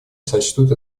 сочтут